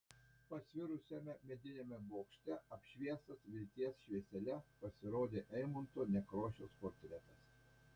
pasvirusiame mediniame bokšte apšviestas vilties šviesele pasirodė eimunto nekrošiaus portretas